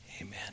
amen